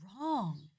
wrong